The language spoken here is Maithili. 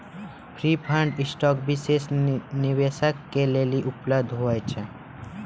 प्रिफर्ड स्टाक विशेष निवेशक के लेली उपलब्ध होय छै